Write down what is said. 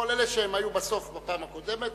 כל אלה שהיו בסוף בפעם הקודמת,